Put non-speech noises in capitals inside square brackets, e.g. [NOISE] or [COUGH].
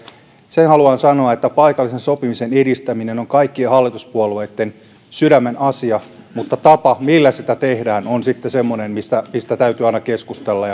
sen haluan sanoa että paikallisen sopimisen edistäminen on kaikkien hallituspuolueitten sydämenasia mutta tapa millä sitä tehdään on sitten semmoinen mistä täytyy aina keskustella [UNINTELLIGIBLE]